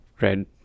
red